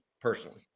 personally